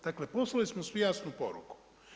Dakle, poslali smo svi jasnu poruku.